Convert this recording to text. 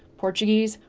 portuguese,